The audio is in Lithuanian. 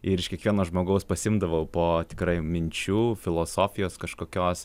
ir iš kiekvieno žmogaus pasiimdavau po tikrai minčių filosofijos kažkokios